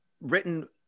Written